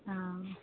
ആ